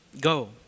go